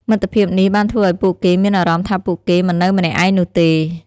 មិត្តភាពនេះបានធ្វើឱ្យពួកគេមានអារម្មណ៍ថាពួកគេមិននៅម្នាក់ឯងនោះទេ។